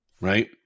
Right